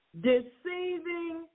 deceiving